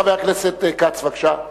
חבר הכנסת כץ, בבקשה.